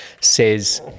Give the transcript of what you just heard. says